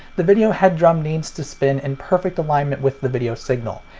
the video head drum needs to spin in perfect alignment with the video signal,